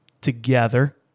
together